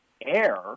air